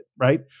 right